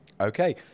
Okay